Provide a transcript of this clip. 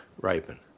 ripen